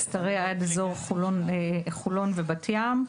משתרע עד אזור חולון ובת ים.